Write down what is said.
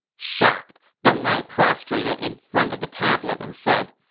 shocked, deng ai prostrated in front of the tablet and said,